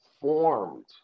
formed